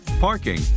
parking